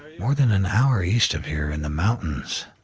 more than an hour east of here in the mountains.